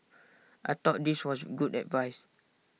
I thought this was good advice